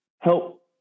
help